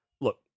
look